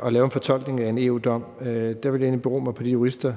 og lave en fortolkning af en EU-dom vil jeg egentlig støtte mig til de jurister,